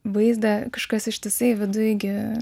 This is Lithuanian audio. vaizdą kažkas ištisai viduj gi